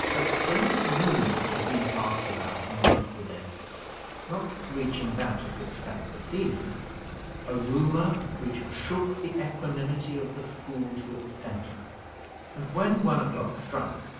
a strange rumour had been passed about amongst the desks not reaching that at which sat the seniors a rumour which shook the equanimity of the school to its centre and, when one o'clock struck,